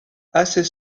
assez